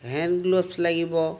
hand gloves লাগিব